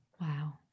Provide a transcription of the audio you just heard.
Wow